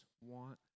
want